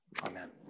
Amen